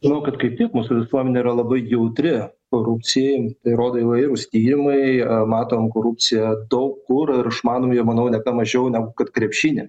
aš manau kad kai tik mūsų visuomenė yra labai jautri korupcijai tai rodo įvairūs tyrimai matom korupciją daug kur ir išmanom jąe manau ne ką mažiau negu kad krepšinį